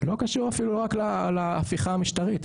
לא קשור אפילו לא רק להפיכה המשטרתית,